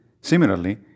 Similarly